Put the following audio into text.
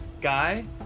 guy